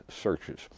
searches